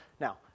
now